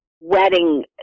wedding